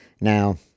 Now